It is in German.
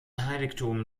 heiligtum